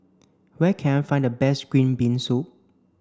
where can I find the best green bean soup